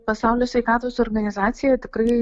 pasaulio sveikatos organizacija tikrai